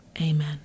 amen